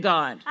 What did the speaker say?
God